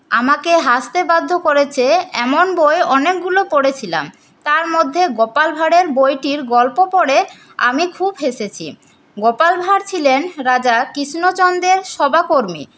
আমাকে হাসতে বাধ্য করেছে এমন বই অনেকগুলো পড়েছিলাম তারমধ্যে গোপাল ভাঁড়ের বইটির গল্প পড়ে আমি খুব হেসেছি গোপাল ভাঁড় ছিলেন রাজা কিষ্ণচন্দ্রের সভাকর্মী